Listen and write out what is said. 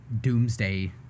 doomsday